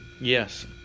Yes